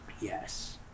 Yes